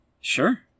Sure